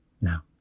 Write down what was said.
Now